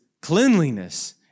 cleanliness